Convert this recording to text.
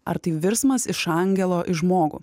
ar tai virsmas iš angelo į žmogų